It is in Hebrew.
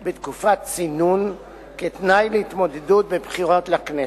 בתקופת צינון כתנאי להתמודדות בבחירות לכנסת.